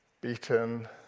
beaten